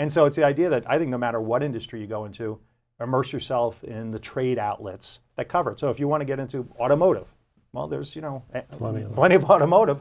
and so it's the idea that i think no matter what industry you go into or immerse yourself in the trade outlets that cover it so if you want to get into automotive well there's you know i mean when you put a motive